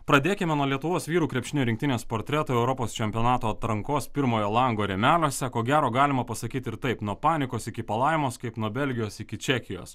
pradėkime nuo lietuvos vyrų krepšinio rinktinės portreto europos čempionato atrankos pirmojo lango rėmeliuose ko gero galima pasakyt ir taip nuo panikos iki palaimos kaip nuo belgijos iki čekijos